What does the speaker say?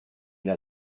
elle